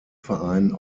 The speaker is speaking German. verein